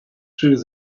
through